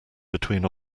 between